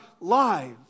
lives